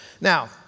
Now